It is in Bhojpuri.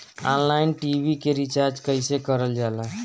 ऑनलाइन टी.वी के रिचार्ज कईसे करल जाला?